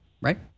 right